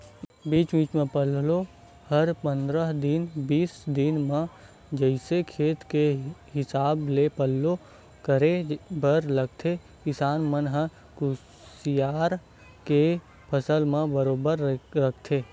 बीच बीच म पल्लो हर पंद्रह दिन बीस दिन म जइसे खेत के हिसाब ले पल्लो करे बर लगथे किसान मन ह कुसियार के फसल म बरोबर करथे